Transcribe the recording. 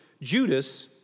Judas